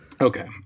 Okay